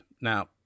Now